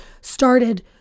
started